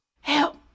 Help